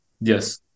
Yes